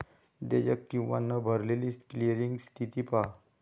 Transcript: देयक किंवा न भरलेली क्लिअरिंग स्थिती पहा